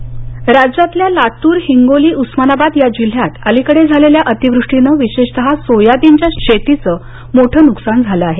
soybean न्कसान राज्यातल्या लातुर हिंगोली उस्मानाबाद या जिल्ह्यात अलिकडे झालेल्या अतिवृष्टीनं विशेषतः सोयाबीनच्या शेतीच्या मोठ नुकसान झालं आहे